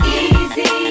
easy